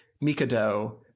Mikado